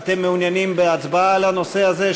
אתם מעוניינים בהצבעה על הנושא הזה,